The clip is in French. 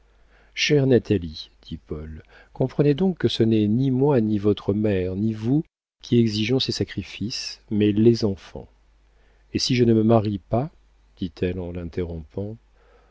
chère natalie dit paul comprenez donc que ce n'est ni moi ni votre mère ni vous qui exigeons ces sacrifices mais les enfants et si je ne me marie pas dit-elle en l'interrompant